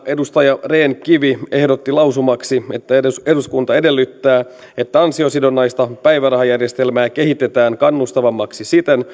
edustaja rehn kivi ehdotti lausumaksi että eduskunta edellyttää että ansiosidonnaista päivärahajärjestelmää kehitetään kannustavammaksi siten